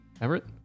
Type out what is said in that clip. Everett